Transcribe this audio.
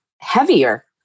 heavier